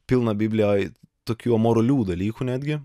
pilna biblijoj tokių amoralių dalykų netgi